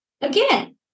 again